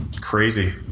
Crazy